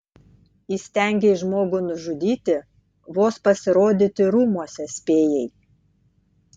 įstengei žmogų nužudyti vos pasirodyti rūmuose spėjai